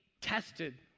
tested